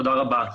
תודה רבה.